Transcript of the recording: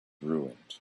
ruined